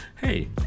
Hey